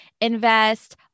invest